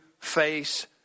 face